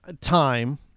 time